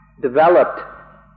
developed